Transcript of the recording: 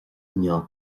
inniu